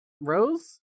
Rose